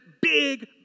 big